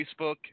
Facebook